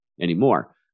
anymore